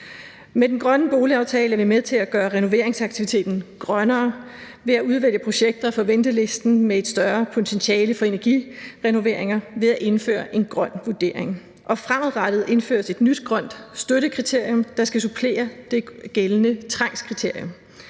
Med den grønne boligaftale er vi med til at gøre renoveringsaktiviteten grønnere ved at udvælge projekter fra ventelisten med et større potentiale for energirenoveringer ved at indføre en grøn vurdering. Og fremadrettet indføres et nyt grønt støttekriterium, der skal supplere det gældende trangskriterium.